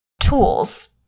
tools